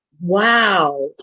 Wow